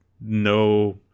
no